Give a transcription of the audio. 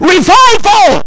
Revival